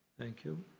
thank you.